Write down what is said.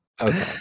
Okay